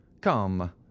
Come